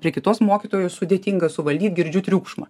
prie kitos mokytojų sudėtinga suvaldyt girdžiu triukšmą